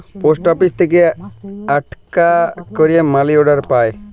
post আপিস থেক্যে আকটা ক্যারে মালি অর্ডার পায়